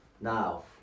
Now